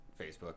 Facebook